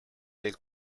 del